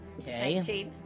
Okay